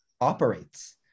operates